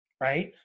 right